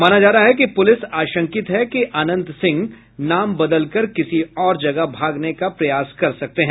माना जा रहा है कि पुलिस आशंकित है कि अनंत सिंह नाम बदलकर किसी और जगह भागने का प्रयास कर सकते हैं